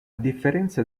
differenza